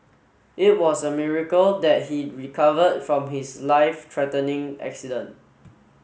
it was a miracle that he recovered from his life threatening accident